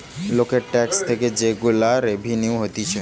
লোকের ট্যাক্স থেকে যে গুলা রেভিনিউ হতিছে